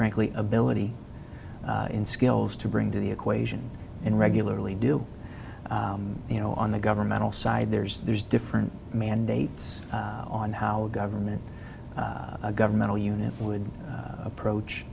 frankly ability in skills to bring to the equation and regularly do you know on the governmental side there's there's different mandates on how government governmental unit would approach